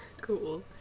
Cool